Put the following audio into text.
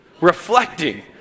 reflecting